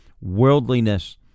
worldliness